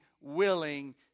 willing